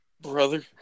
Brother